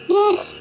yes